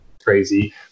crazy